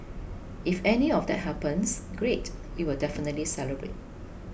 if any of that happens great we will definitely celebrate